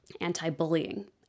anti-bullying